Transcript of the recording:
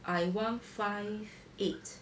I one five eight